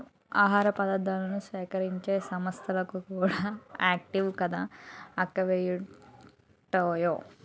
ఆహార పదార్థాలను సేకరించే సంస్థలుకూడా ఉంటాయ్ కదా అవెక్కడుంటాయో